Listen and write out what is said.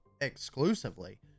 Exclusively